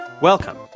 Welcome